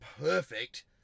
perfect